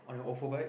on an ofo bike